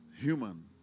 human